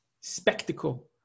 spectacle